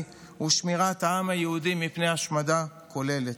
ושמירת העם היהודי מפני השמדה כוללת.